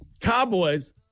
Cowboys